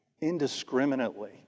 indiscriminately